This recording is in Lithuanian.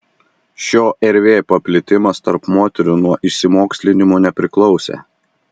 šio rv paplitimas tarp moterų nuo išsimokslinimo nepriklausė